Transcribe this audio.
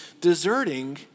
deserting